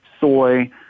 soy